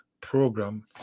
program